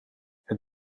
het